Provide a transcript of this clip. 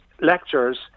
lectures